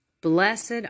Blessed